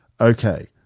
Okay